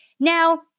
Now